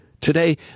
Today